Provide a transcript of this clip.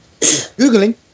Googling